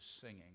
singing